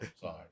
sorry